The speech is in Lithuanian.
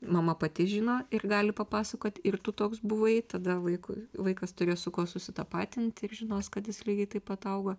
mama pati žino ir gali papasakot ir tu toks buvai tada vaikui vaikas turės su kuo susitapatinti ir žinos kad jis lygiai taip pat augo